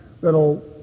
that'll